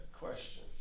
Question